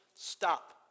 stop